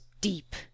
deep